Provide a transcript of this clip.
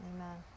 Amen